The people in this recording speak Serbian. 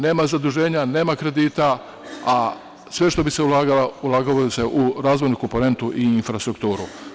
Nema zaduženja, nema kredita, a sve što bi se ulagalo, ulagalo bi se u razvojnu komponentu i infrastrukturu.